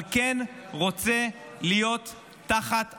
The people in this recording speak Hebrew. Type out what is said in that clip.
אבל כן רוצה להיות תחת האלונקה,